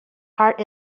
heart